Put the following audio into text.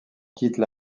quittent